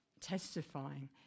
testifying